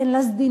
אין לה סדינים,